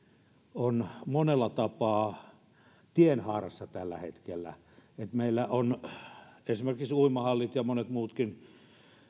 on monella tapaa tienhaarassa tällä hetkellä meillä ovat esimerkiksi uimahallit ja monet muutkin